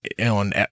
on